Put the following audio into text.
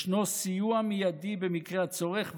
ישנו סיוע מיידי במקרה הצורך,